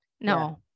No